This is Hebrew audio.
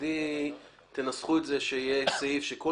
מצדי תנסחו את זה כך שיהיה סעיף שכל